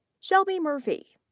shelby murphy.